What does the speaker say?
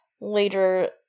later